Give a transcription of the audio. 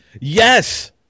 Yes